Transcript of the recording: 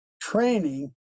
training